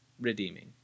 redeeming